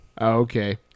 Okay